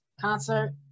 concert